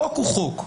חוק הוא חוק.